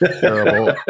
Terrible